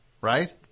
right